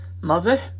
Mother